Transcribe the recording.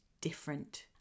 different